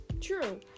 true